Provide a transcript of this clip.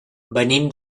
venim